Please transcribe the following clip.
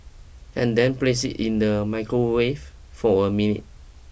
and then place it in the microwave for a minute